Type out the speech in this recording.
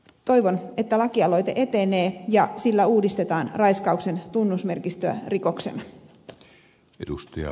toivon että lakialoite etenee ja sillä uudistetaan raiskauksen tunnusmerkistöä rikoksena